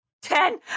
Ten